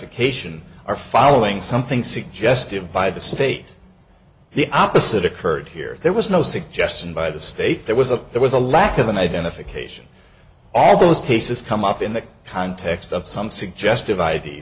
identification are following something suggestive by the state the opposite occurred here there was no suggestion by the state there was a there was a lack of an identification all those cases come up in the context of some suggesti